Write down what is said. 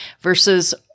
versus